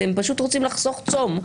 אתם פשוט רוצים לחסוך צום,